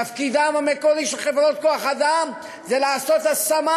תפקידן המקורי של חברות כוח-אדם זה לעשות השמה.